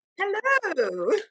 Hello